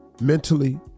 mentally